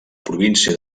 província